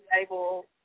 able